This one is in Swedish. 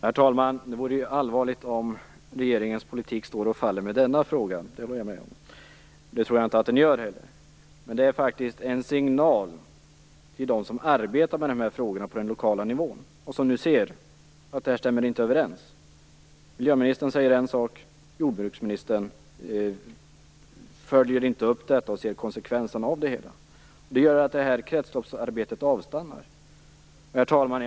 Herr talman! Jag håller med om att det vore allvarligt om regeringens politik skulle stå och falla med denna fråga, men det tror jag inte att den gör. Det är dock faktiskt fråga om en signal till dem som arbetar med de här frågorna på den lokala nivån och som nu ser att det inte går ihop. Miljöministern säger en sak, men jordbruksministern följer inte upp det och ser inte konsekvenserna av det. Det gör att det här kretsloppsarbetet avstannar. Herr talman!